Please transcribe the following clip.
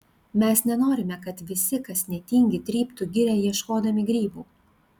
mes nenorime kad visi kas netingi tryptų girią ieškodami grybų